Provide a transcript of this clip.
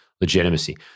legitimacy